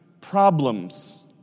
problems